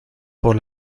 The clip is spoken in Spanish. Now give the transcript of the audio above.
por